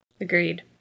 Agreed